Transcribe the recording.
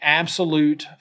absolute